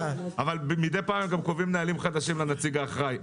מדי פעם גם קובעים נהלים חדשים לנציג האחראי.